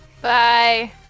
bye